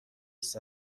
است